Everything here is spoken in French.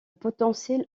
potentiel